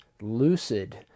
lucid